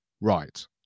right